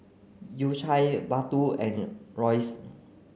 U Cha Baggu and Royce